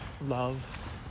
Love